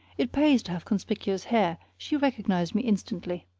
it pays to have conspicuous hair she recognized me instantly.